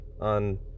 on